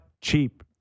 cheap